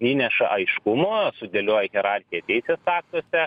įneša aiškumo sudėlioja hierarchiją teisės aktuose